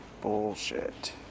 bullshit